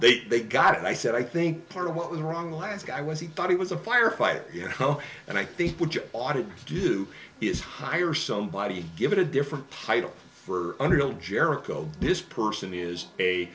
think they got it i said i think part of what was wrong last guy was he thought he was a firefighter you know and i think what you ought to do is hire somebody give it a different title for underhill jerricho this person is a